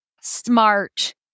smart